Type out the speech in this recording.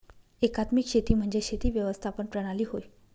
एकात्मिक शेती म्हणजे शेती व्यवस्थापन प्रणाली होय